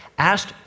asked